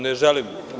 Ne želim.